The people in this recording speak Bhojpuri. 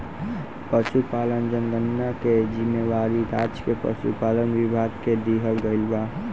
पसुपालन जनगणना के जिम्मेवारी राज्य के पसुपालन विभाग के दिहल गइल बा